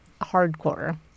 hardcore